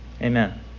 Amen